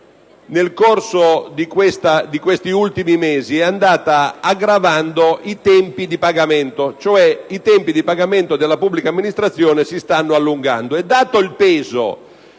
nel corso di questi ultimi mesi è andata aggravando i tempi di pagamento, cioè i tempi di pagamento della pubblica amministrazione si stanno allungando.